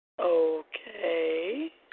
Okay